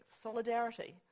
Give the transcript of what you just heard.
solidarity